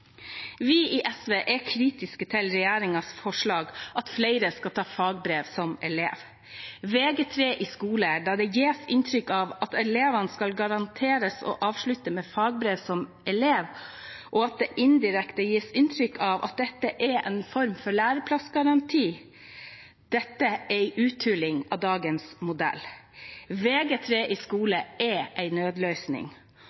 i denne meldingen. For det første er vi i SV kritiske til regjeringens forslag om at flere skal ta fagbrev som elev. Når det gjelder Vg3 i skole, gis det inntrykk av at elevene skal garanteres å avslutte med fagbrev som elev, og indirekte gis det inntrykk av at dette er en form for læreplassgaranti. Dette er en uthuling av dagens modell. Vg3 i